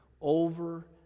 over